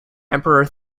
emperor